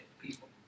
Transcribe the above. people